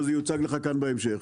וזה יוצג לך כאן בהמשך.